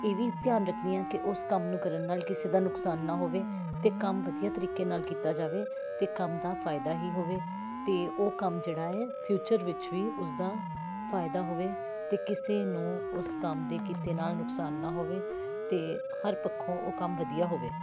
ਇਹ ਵੀ ਧਿਆਨ ਰੱਖਦੀ ਹਾਂ ਕਿ ਉਸ ਕੰਮ ਨੂੰ ਕਰਨ ਨਾਲ ਕਿਸੇ ਦਾ ਨੁਕਸਾਨ ਨਾ ਹੋਵੇ ਅਤੇ ਕੰਮ ਵਧੀਆ ਤਰੀਕੇ ਨਾਲ ਕੀਤਾ ਜਾਵੇ ਅਤੇ ਕੰਮ ਦਾ ਫਾਇਦਾ ਹੀ ਹੋਵੇ ਅਤੇ ਉਹ ਕੰਮ ਜਿਹੜਾ ਏ ਫਿਊਚਰ ਵਿੱਚ ਵੀ ਉਸਦਾ ਫਾਇਦਾ ਹੋਵੇ ਅਤੇ ਕਿਸੇ ਨੂੰ ਉਸ ਕੰਮ ਦੇ ਕੀਤੇ ਨਾਲ ਨੁਕਸਾਨ ਨਾ ਹੋਵੇ ਅਤੇ ਹਰ ਪੱਖੋਂ ਉਹ ਕੰਮ ਵਧੀਆ ਹੋਵੇ